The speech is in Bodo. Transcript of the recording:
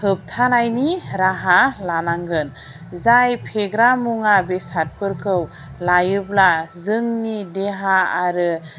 होबथानायनि राहा लानांगोन जाय फेग्रा मुवा बेसादफोरखौ लायोब्ला जोंनि देहा आरो